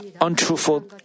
untruthful